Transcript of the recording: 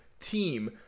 team